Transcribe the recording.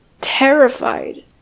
terrified